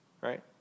right